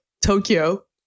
Tokyo